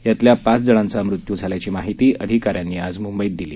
यातल्या पाच जणांचा मृत्यू झाल्याची माहिती अधिकाऱ्यांनी आज मुंबईत दिली